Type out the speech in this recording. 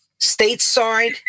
stateside